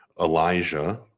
Elijah